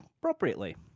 appropriately